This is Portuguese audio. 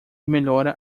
melhora